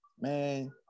man